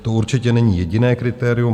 To určitě není jediné kritérium.